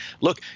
look